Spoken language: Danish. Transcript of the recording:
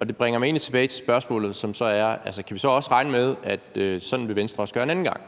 det bringer mig egentlig tilbage til spørgsmålet, som er: Kan vi så regne med, at sådan vil Venstre også gøre en anden gang?